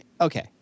Okay